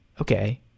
Okay